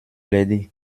l’aider